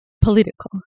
political